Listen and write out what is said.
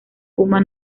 kuma